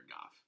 Goff